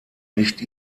nicht